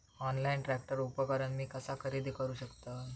Online tractor उपकरण मी कसा खरेदी करू शकतय?